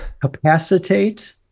capacitate